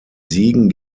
siegen